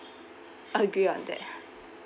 agree on that